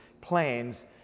plans